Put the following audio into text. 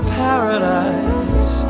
paradise